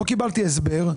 לא קיבלתי הסבר.